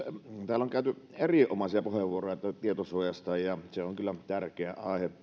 täällä on käyty erinomaisia puheenvuoro tästä tietosuojasta se on kyllä tärkeä